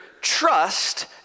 trust